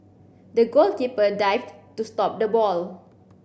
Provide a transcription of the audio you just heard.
the goalkeeper dived to stop the ball